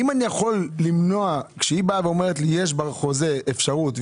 אם אני יכול למנוע כשהיא אומרת שיש בחוזה אפשרות,